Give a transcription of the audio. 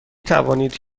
توانید